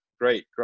Great